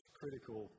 critical